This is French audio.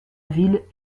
ville